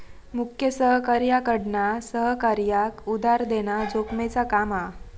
मुख्य सहकार्याकडना सहकार्याक उधार देना जोखमेचा काम हा